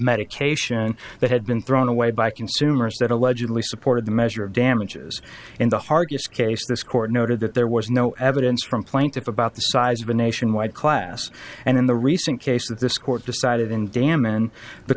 medication that had been thrown the way by consumers that allegedly supported the measure of damages in the hardest case this court noted that there was no evidence from plaintiff about the size of a nationwide class and in the recent case that this court decided in damage and the